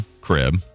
crib